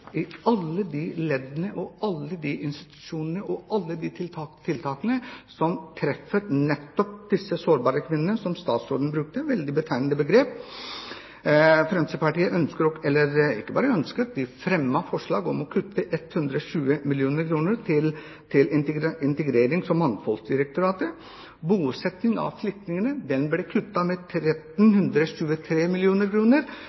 i alle leddene: alle institusjonene og alle de tiltakene som treffer nettopp disse sårbare kvinnene, som statsråden nevnte. Fremskrittspartiet fremmet forslag om å kutte 120 mill. kr til Integrerings- og mangfoldsdirektoratet, bosetting av flyktninger ble kuttet med 1 323 mill. kr., frivillige organisasjoner ble fratatt 45 mill. kr, for ikke å snakke om Utlendingsdirektoratet med